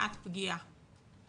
ולמניעת פגיעה